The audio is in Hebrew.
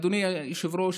אדוני היושב-ראש,